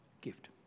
gift